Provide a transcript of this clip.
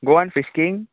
Goan sixteen